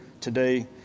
today